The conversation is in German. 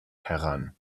heran